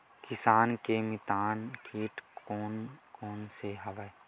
किसान के मितान कीट कोन कोन से हवय?